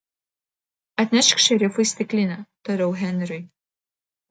atnešk šerifui stiklinę tariau henriui